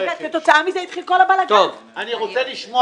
אני רוצה לשמוע,